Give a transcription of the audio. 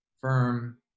firm